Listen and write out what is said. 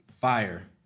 fire